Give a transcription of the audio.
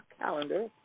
calendar